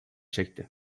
çekti